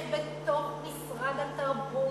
יש בתוך משרד התרבות,